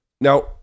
Now